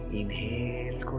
inhale